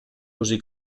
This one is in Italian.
così